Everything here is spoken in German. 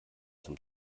zum